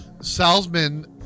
Salzman